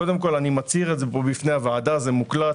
קודם כל, אני מצהיר כאן בפני הוועדה וזה מוקלט